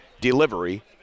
delivery